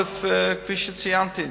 כפי שציינתי,